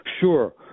Sure